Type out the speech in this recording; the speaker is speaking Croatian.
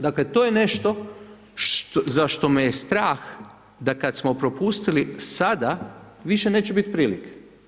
Dakle, to je nešto za što me je strah da kad smo propustili sada, više neće biti prilike.